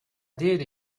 did